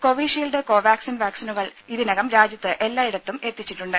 Covishield Covaxin വാക്സിനുകൾ ഇതിനകം രാജ്യത്ത് എല്ലായിടത്തും എത്തിച്ചിട്ടുണ്ട്